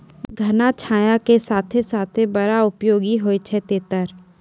घना छाया के साथ साथ बड़ा उपयोगी होय छै तेतर